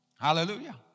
Hallelujah